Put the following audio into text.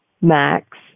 Max